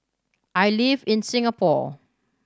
I live in Singapore